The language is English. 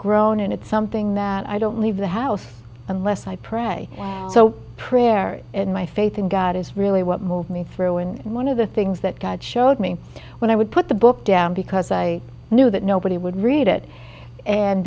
grown and it's something that i don't leave the house unless i pray so prayer and my faith in god is really what moved me through and one of the things that god showed me when i would put the book down because i knew that nobody would read it and